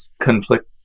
conflict